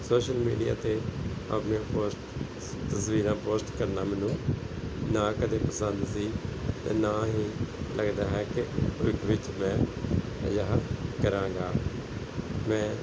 social media 'ਤੇ ਆਪਣੀਆਂ post ਤਸਵੀਰਾਂ ਪੋਸਟ ਕਰਨਾ ਮੈਨੂੰ ਨਾ ਕਦੇ ਪਸੰਦ ਸੀ ਅਤੇ ਨਾ ਹੀ ਲੱਗਦਾ ਹੈ ਕਿ ਭਵਿੱਖ ਵਿੱਚ ਮੈਂ ਅਜਿਹਾ ਕਰਾਂਗਾ ਮੈਂ